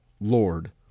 Lord